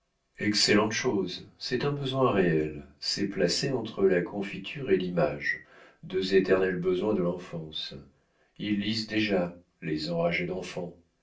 excellente chose c'est un besoin réel c'est placé entre la confiture et l'image deux éternels besoins de l'enfance ils lisent déjà les enragés d'enfants